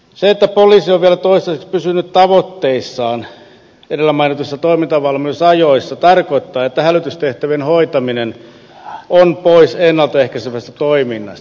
se että poliisi on vielä toistaiseksi pysynyt tavoitteissaan edellä mainituissa toimintavalmiusajoissa tarkoittaa että hälytystehtävien hoitaminen on pois ennalta ehkäisevästä toiminnasta